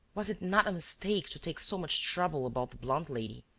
was it not a mistake to take so much trouble about the blonde lady,